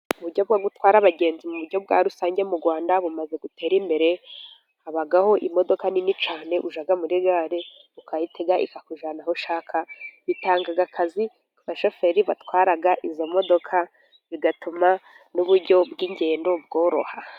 Uburyo bwo gutwara abagenzi mu buryo bwa rusange, mu Rwanda bumaze gutera imbere habaho imodoka nini cyane ujya muri gare ukayitega ikakujyana, aho ushaka itanga akazi, abashoferi batwara izo modoka bigatuma n' uburyo bw' ingendo bworoha.